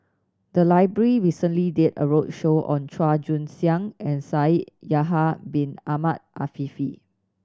the library recently did a roadshow on Chua Joon Siang and Shaikh Yahya Bin Ahmed Afifi